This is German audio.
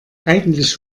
eigentlich